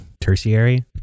tertiary